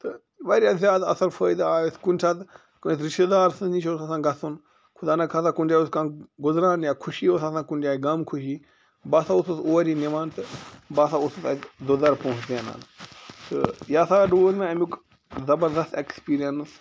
تہٕ واریاہ زیادٕ اصٕل فٲیدٕ آو اسہِ کُنہِ ساتہٕ کٲنٛسہِ رِشتہٕ دارس نِش اوس آسان گژھُن خۄدا نہ خۄاستہ کُنہِ جایہِ اوس کانٛہہ گُزران یا خوشی ٲس آسان کُنہِ جایہِ غَم خوشی بہٕ ہسا اوسُس اور یہِ نِوان تہٕ بہٕ ہسا اوسُس اَتہِ پوٚنٛسہٕ زینان تہٕ یہِ ہسا روٗد مےٚ اَمیٛک زَبردست ایٚکٕسپیٖرینٕس